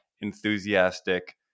enthusiastic